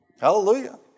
Hallelujah